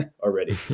already